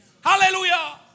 Hallelujah